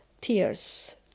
tears